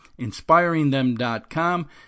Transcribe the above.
inspiringthem.com